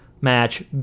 match